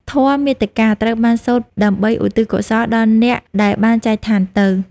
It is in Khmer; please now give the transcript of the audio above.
ធម៌មាតិកា ត្រូវបានសូត្រដើម្បីឧទ្ទិសកុសលដល់អ្នកដែលបានចែកឋានទៅ។